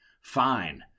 fine